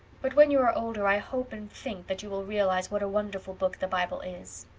but when you are older i hope and think that you will realize what a wonderful book the bible is.